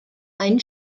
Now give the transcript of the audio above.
einen